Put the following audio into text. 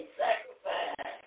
sacrifice